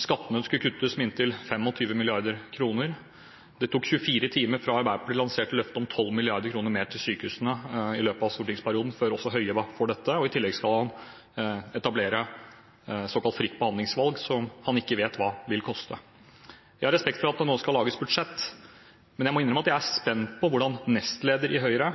skattene skulle kuttes med inntil 25 mrd. kr, og det tok 24 timer fra Arbeiderpartiet lanserte løftet om 12 mrd. kr mer til sykehusene i løpet av stortingsperioden, også Høie var for dette. I tillegg skal han etablere såkalt fritt behandlingsvalg, som han ikke vet hva vil koste. Jeg har respekt for at det nå skal lages budsjett, men jeg må innrømme at jeg er spent på hvordan nestleder i Høyre,